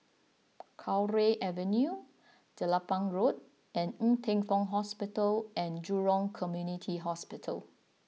Cowdray Avenue Jelapang Road and Ng Teng Fong Hospital and Jurong Community Hospital